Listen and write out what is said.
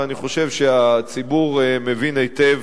ואני חושב שהציבור מבין היטב